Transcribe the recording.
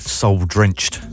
soul-drenched